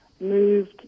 moved